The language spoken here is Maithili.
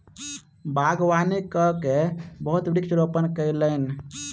बागवानी कय के बहुत वृक्ष रोपण कयलैन